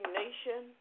nation